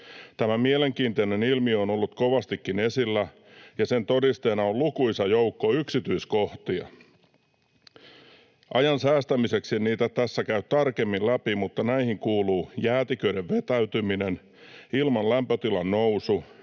Tämä mielenkiintoinen ilmiö on ollut kovastikin esillä, ja sen todisteena on lukuisa joukko yksityiskohtia. Ajan säästämiseksi en niitä tässä käy tarkemmin läpi, mutta näihin kuuluu jäätiköiden vetäytyminen, ilman lämpötilan nousu,